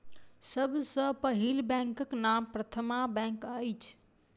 सभ सॅ पहिल बैंकक नाम प्रथमा बैंक अछि